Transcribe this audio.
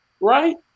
Right